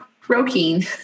croaking